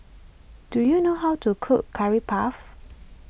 do you know how to cook Curry Puff